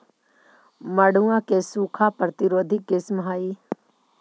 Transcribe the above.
मड़ुआ के सूखा प्रतिरोधी किस्म हई?